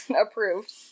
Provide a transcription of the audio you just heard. approved